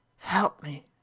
s'help me,